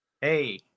Hey